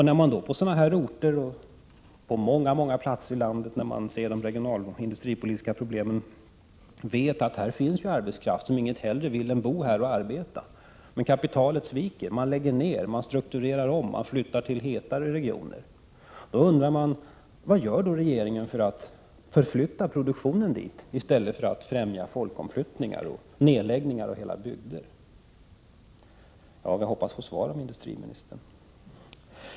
När människor på sådana orter och på många platser i landet, som ser de industripolitiska problemen, vet att där finns arbetskraft som inget hellre vill än att bo och arbeta där, men kapitalet sviker, lägger ner, strukturerar om och flyttar till hetare regioner, undrar de vad regeringen gör för att flytta produktionen dit i stället för att främja folkomflyttningar och nedläggningar av hela bygder. Jag hoppas att få ett svar av industriministern.